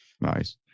Nice